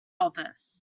office